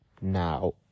Now